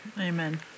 Amen